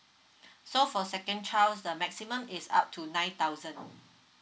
so for second childs the maximum is up to nine thousand